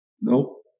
Nope